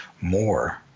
more